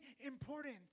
important